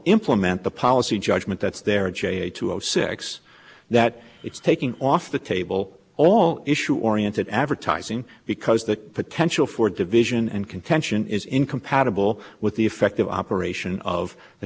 implement the policy judgment that's there and six that it's taking off the table all issue oriented advertising because the potential for division and contention is incompatible with the effective operation of the